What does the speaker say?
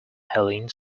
helene